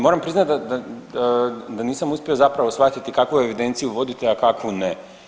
Moram priznati da nisam uspio zapravo shvatiti kakvu evidenciju vodite, a kakvu ne.